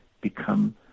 become